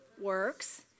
works